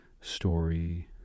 story